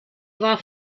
war